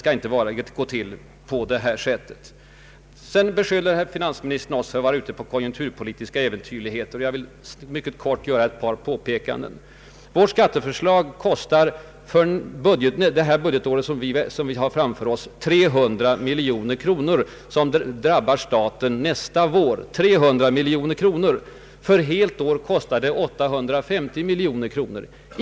Finansministern beskyller oss för att vara ute på konjunkturpolitiska äventyrligheter. Jag vill därför mycket kort göra bara ett par påpekanden. För det första kostar vårt skatteförslag för nästkommande budgetår bara cirka 300 miljoner kronor, som drabbar staten sent nästa vår. För det andra kostar förslaget för helt år 850 miljoner.